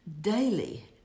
daily